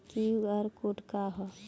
QR code का ह?